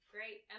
Great